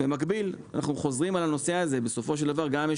במקביל אנחנו חוזרים ואומרים שבסופו של דבר יש